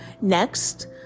next